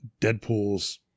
Deadpool's